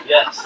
Yes